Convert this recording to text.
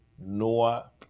Noah